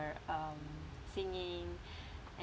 or um singing